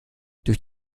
durch